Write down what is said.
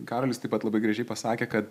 karolis taip pat labai gražiai pasakė kad